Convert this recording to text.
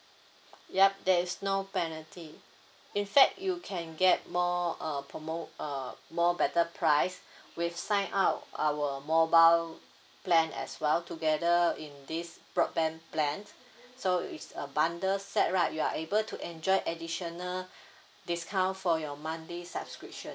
yup there's no penalty in fact you can get more uh promo uh more better price with sign up our mobile plan as well together in this broadband plan so it's a bundle set right you are able to enjoy additional discount for your monthly subscription